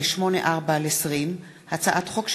פ/2584 וכלה בהצעת חוק פ/2595,